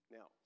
Now